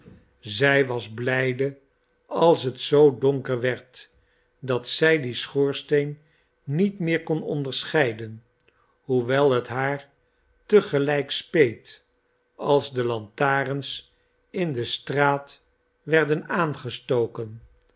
zij was blijde als het zoo donker werd dat zij dien schoorsteen niet meer kon onderscheiden hoewel het haar te gelijk speet als de lantarens in de straat werden aangestoken